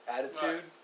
attitude